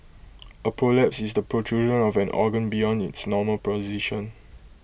A prolapse is the protrusion of an organ beyond its normal position